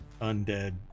undead